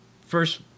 first